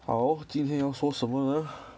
好今天要说什么呢